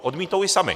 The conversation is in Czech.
Odmítnou ji sami.